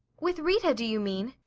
with rita, do you mean?